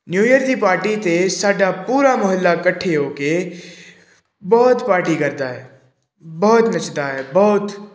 new year ਦੀ party 'ਤੇ ਸਾਡਾ ਪੂਰਾ ਮੁਹੱਲਾ ਇਕੱਠੇ ਹੋ ਕੇ ਬਹੁਤ ਪਾਰਟੀ ਕਰਦਾ ਹੈ ਬਹੁਤ ਨੱਚਦਾ ਹੈ ਬਹੁਤ